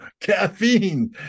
caffeine